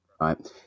right